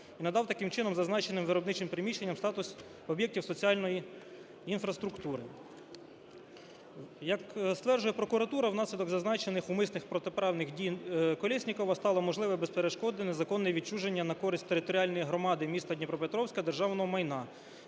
і надав таким чином зазначеним виробничим приміщенням статус об'єктів соціальної інфраструктури. Як стверджує прокуратура, внаслідок зазначених умисних протиправних дій Колєснікова стало можливе безперешкодне незаконне відчуження на користь територіальної громади міста Дніпропетровська державного майна